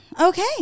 Okay